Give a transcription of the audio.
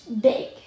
big